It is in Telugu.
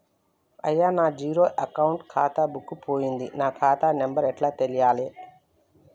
అయ్యా నా జీరో అకౌంట్ ఖాతా బుక్కు పోయింది నా ఖాతా నెంబరు ఎట్ల తెలవాలే?